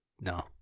No